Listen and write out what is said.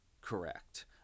correct